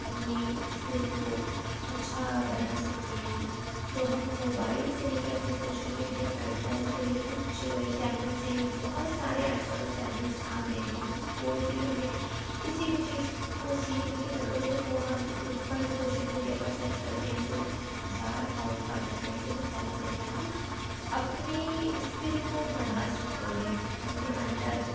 اپنی اسکلس کو اچھا بنا سکتی ہے تو ہم موبائل سے ہی اپنے سوشل میڈیا پلیٹ فارم سے ہی کچھ چینلس ہیں بہت سارے آج کل چینلز آ گئے ہیں جس کوئی بھی ہمیں کسی بھی چیز کو سیکھنے کی ضرورت ہے تو ہم اس پر سوشل میڈیا پر سرچ کرتے ہیں تو ہزار اکاؤنٹس آ جاتے ہیں جسے فالو کر کے ہم اپنی اسکل کو بڑھا سکتے ہیں اپنے اندر